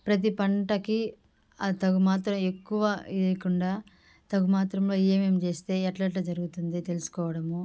ప్రతి పంటకి తగు మాత్రం ఎక్కువ లేకుండా తగు మాత్రమే ఏమేమి చేస్తే ఎట్లఎట్ల జరుగుతుంది తెలుసుకోవడము